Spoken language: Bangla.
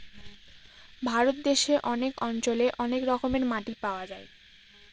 ভারত দেশে অনেক অঞ্চলে অনেক রকমের মাটি পাওয়া যায়